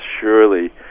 surely